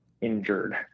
injured